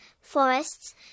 forests